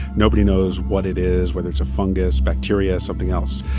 nobody knows what it is, whether it's a fungus, bacteria, something else.